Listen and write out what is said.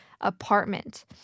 apartment